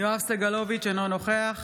יואב סגלוביץ' אינו נוכח